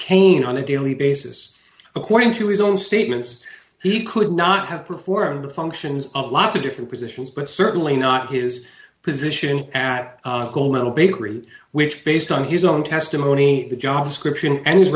cane on a daily basis according to his own statements he could not have performed the functions of lots of different positions but certainly not his position at gold medal bakery which based on his own testimony the javascript